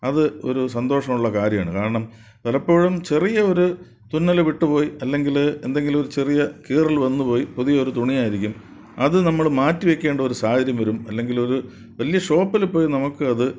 അത് ഒരു സന്തോഷം ഉള്ള കാര്യമാണ് കാരണം പലപ്പോഴും ചെറിയ ഒരു തുന്നൽ വിട്ടുപോയി അല്ലെങ്കിൽ എന്തെങ്കിലും ഒരു ചെറിയ കീറൽ വന്നു പോയി പുതിയൊരു തുണി ആയിരിക്കും അതു നമ്മൾ മാറ്റി വെക്കേണ്ട ഒരു സാഹചര്യം വരും അല്ലെങ്കിൽ ഒരു വലിയ ഷോപ്പിൽ പോയി നമുക്ക് അത്